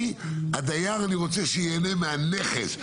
אני הדייר רוצה שייהנה מהנכס,